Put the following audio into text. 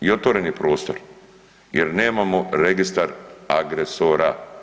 I otvoren je prostor jer nemamo registar agresora.